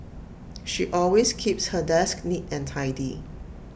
she always keeps her desk neat and tidy